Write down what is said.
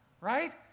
right